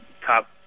top